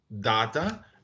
data